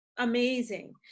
amazing